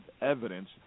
evidence